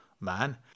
man